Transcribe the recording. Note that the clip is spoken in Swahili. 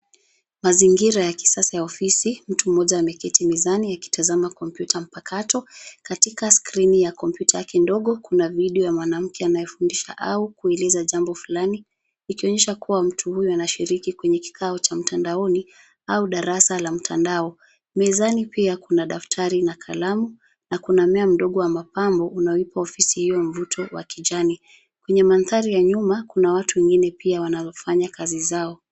Mazingira ya kisasa ya ofisi. Mtu mmoja ameketi mezani akitazama kompyuta mpakato. Katika skrini ya kompyuta yake ndogo kuna video ya mwanamke anayefundisha au kueleza jambo fulani, ikionyesha kuwa mtu huyu anashiriki kwenye kikao cha mtandaoni au darasa la mtandao. Mezani pia kuna daftari na kalamu na kuna mmea mdogo wa mapambo unaoipa ofisi hio mvuto wa kijani. Kwenye mandhari ya nyuma kuna watu wengine pia wanafanya kazi zao.